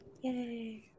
Yay